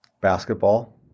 Basketball